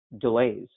delays